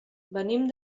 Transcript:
venim